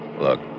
Look